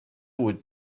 would